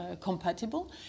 compatible